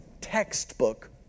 textbook